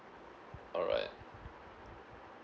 alright